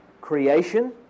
creation